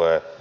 määriä rahoitusta